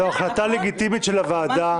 זו החלטה לגיטימית של הוועדה.